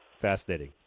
Fascinating